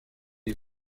les